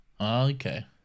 Okay